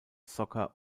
soccer